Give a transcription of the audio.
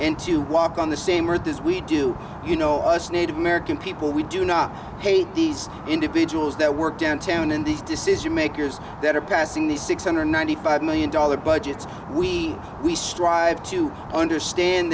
and to walk on the same earth as we do you know us native american people we do not hate these individuals that work downtown in these decision makers that are passing the six hundred ninety five million dollar budgets we we strive to understand